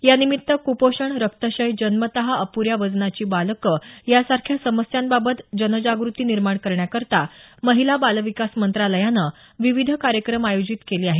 या निमित्त कुपोषण रक्तक्षय जन्मतः अप्ऱ्या वजनाची बालकं या सारख्या समस्यांबाबत जनजागृती निर्माण करण्याकरता महिला बाल विकास मंत्रालयानं विविध कार्यक्रम आयोजित केले आहेत